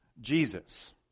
Jesus